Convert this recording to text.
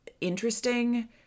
interesting